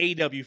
AW